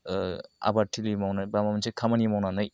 आबाद थिलि मावनो बा माबा मोनसे खामानि मावनानै